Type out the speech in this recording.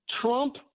Trump